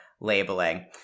labeling